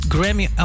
Grammy